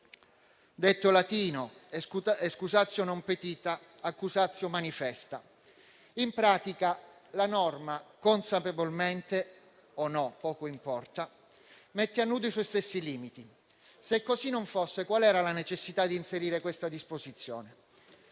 detto latino *excusatio non petita, accusatio manifesta*. In pratica la norma - consapevolmente o no poco importa - mette a nudo i suoi stessi limiti. Se così non fosse, qual era la necessità di inserire questa disposizione?